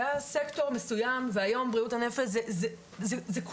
היה סקטור מסויים והיום בריאות הנפש זה כולם,